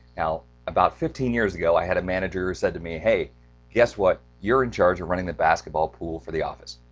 now about fifteen years ago. i had a manager who said to me, hey guess what? you're in charge of running the basketball pool for the office.